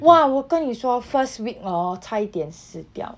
!wah! 我跟你说 first week hor 差一点死掉